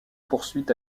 poursuit